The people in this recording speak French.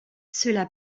cela